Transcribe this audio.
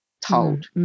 told